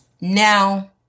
Now